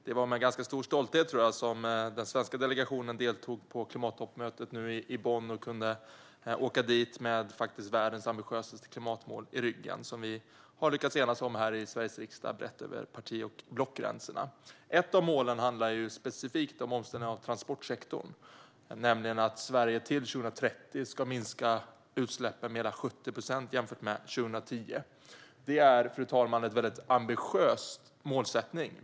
Det var med stor stolthet som den svenska delegationen deltog på klimattoppmötet i Bonn och kunde åka dit med världens ambitiösaste klimatmål i ryggen, som vi har lyckats enas om i Sveriges riksdag brett över parti och blockgränserna. Ett av målen handlar specifikt om omställningen av transportsektorn, nämligen att Sverige till 2030 ska minska utsläppen med hela 70 procent jämfört med 2010. Det är, fru talman, ett ambitiöst mål.